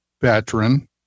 veteran